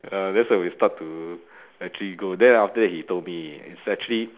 uh that 's when we start to actually go then after that he told me it's actually